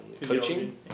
coaching